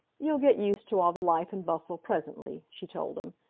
you'll get used to all the life and bustle presently, she told him.